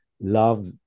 love